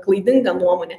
klaidinga nuomonė